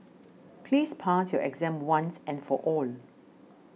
please pass your exam once and for all